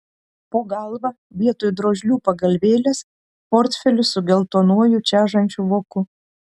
po galva vietoj drožlių pagalvėlės portfelis su geltonuoju čežančiu voku